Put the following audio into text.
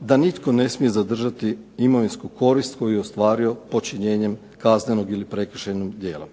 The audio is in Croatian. da nitko ne smije zadržati imovinsku korist koju je ostvario počinjenjem kaznenog ili prekršajnog djela.